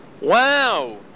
Wow